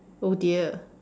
oh dear